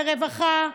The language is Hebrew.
ברווחה,